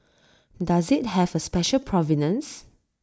does IT have A special provenance